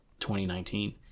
2019